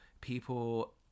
people